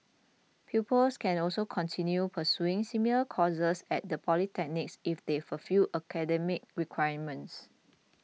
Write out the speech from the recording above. pupils can also continue pursuing similar courses at the polytechnics if they fulfil academic requirements